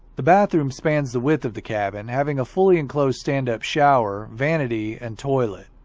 the bathroom spans the width of the cabin, having a fully-enclosed stand-up shower, vanity, and toilet.